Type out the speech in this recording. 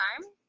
time